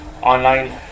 online